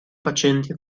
facenti